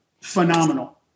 phenomenal